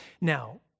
Now